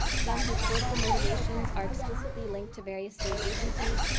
some whose political motivations are explicitly linked to various state agencies,